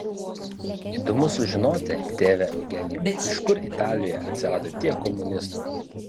įdomu sužinoti tėve eugenijau iš kur italijoje atsirado tiek komunistų